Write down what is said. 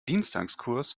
dienstagskurs